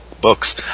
books